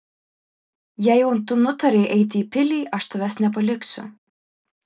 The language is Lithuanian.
jei jau tu nutarei eiti į pilį aš tavęs nepaliksiu